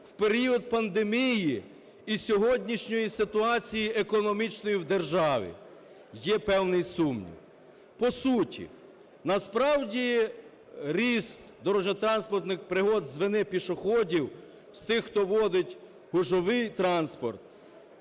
в період пандемії і сьогоднішньої ситуації економічної в державі? Є певний сумнів. По суті. Насправді ріст дорожньо-транспортних пригод з вини пішоходів, з тих, хто водить гужовий транспорт,